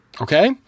Okay